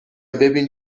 ببین